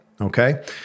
okay